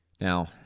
Now